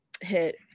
hit